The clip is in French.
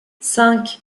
cinq